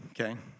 okay